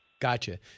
Gotcha